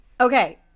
okay